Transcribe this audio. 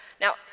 Now